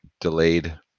delayed